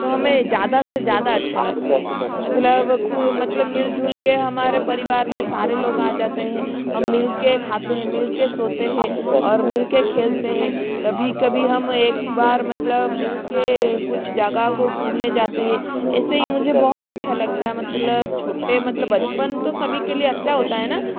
तो हमें ज़्यादा से ज़्यादा अच्छा लगता है मतलब खूब मतलब मिल जुल कर हमारे परिवार में सारे लोग आ जाते हैं हम मिल कर खाते हैं मिल कर सोते हैं और मिल के खेलते हैं कभी कभी हम एक बार मतलब मिल कर कुछ जगह को घूमने जाते हैं ऐसे ही मुझे बहुत अच्छा लगता है मतलब छोटे मतलब बचपन तो सभी के लिए अच्छा होता है न